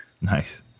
nice